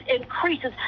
increases